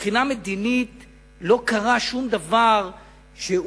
מבחינה מדינית לא קרה שום דבר שמחייב,